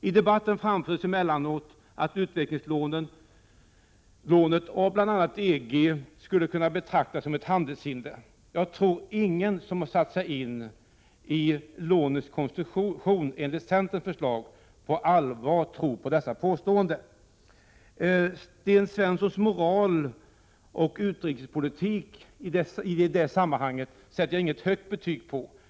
I debatten anförs emellanåt att utvecklingslånet av bl.a. EG skulle kunna betraktas som ett handelshinder. Ingen som har satt sig in i lånens konstruktion enligt centerns förslag tror väl på allvar på dessa påståenden. Sten Svenssons moral och utrikespolitik i det sammanhanget sätter jag inget högt betyg på.